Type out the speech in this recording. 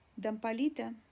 Dampalita